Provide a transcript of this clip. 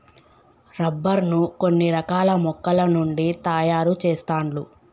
rubber ను కొన్ని రకాల మొక్కల నుండి తాయారు చెస్తాండ్లు